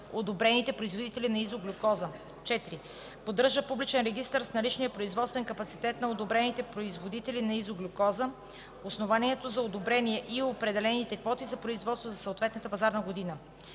одобрените производители на изоглюкоза; 4. поддържа публичен регистър с наличния производствен капацитет на одобрените производители на изоглюкоза, основанието за одобрение и определените квоти за производство за съответната пазарна година.